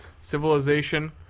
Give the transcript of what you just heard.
Civilization